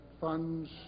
funds